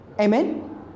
Amen